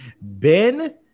Ben